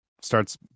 starts